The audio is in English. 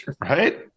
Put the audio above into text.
right